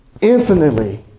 infinitely